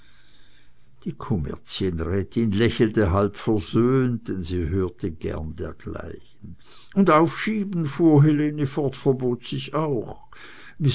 die kommerzienrätin lächelte halb versöhnt denn sie hörte gern dergleichen und aufschieben fuhr helene fort verbot sich auch